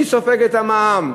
מי סופג את המע"מ?